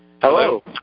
hello